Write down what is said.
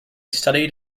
studied